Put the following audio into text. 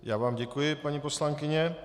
Já vám děkuji, paní poslankyně.